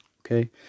Okay